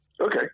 Okay